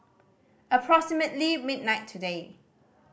approximately midnight today